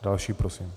Další prosím.